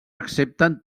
accepten